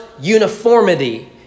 uniformity